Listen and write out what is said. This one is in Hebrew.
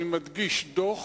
אני מדגיש: דוח,